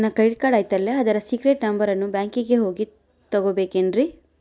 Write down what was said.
ನನ್ನ credit card ಐತಲ್ರೇ ಅದರ ಸೇಕ್ರೇಟ್ ನಂಬರನ್ನು ಬ್ಯಾಂಕಿಗೆ ಹೋಗಿ ತಗೋಬೇಕಿನ್ರಿ?